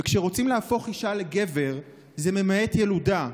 וכשרוצים להפוך אישה לגבר זה ממעט ילודה,